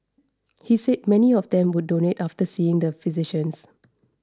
he said many of them would donate after seeing the physicians